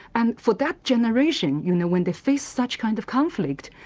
and for that generation you know when they face such kind of conflict,